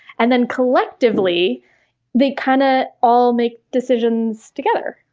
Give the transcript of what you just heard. and then collectively they kind of all make decisions together.